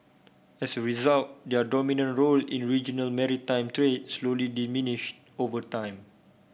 as a result their dominant role in regional maritime trades slowly diminished over time